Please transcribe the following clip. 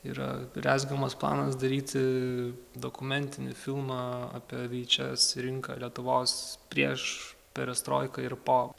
yra rezgamas planas daryti dokumentinį filmą apie vi eidž es rinką lietuvos prieš perestroiką ir po